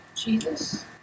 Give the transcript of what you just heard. Jesus